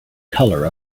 color